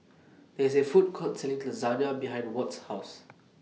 There IS A Food Court Selling Lasagne behind Watt's House